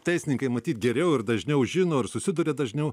teisininkai matyt geriau ir dažniau žino ir susiduria dažniau